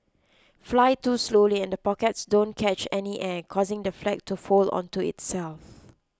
fly too slowly and the pockets don't catch any air causing the flag to fold onto itself